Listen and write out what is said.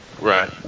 right